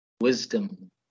wisdom